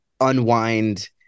unwind